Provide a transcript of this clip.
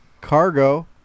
Cargo